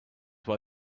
why